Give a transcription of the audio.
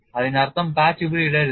അതിനർത്ഥം പാച്ച് ഇവിടെ ഇടരുത്